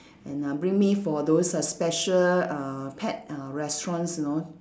and uh bring me for those err special uh pet uh restaurants you know